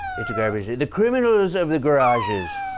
it's a garbage the criminals of the garages,